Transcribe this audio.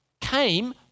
came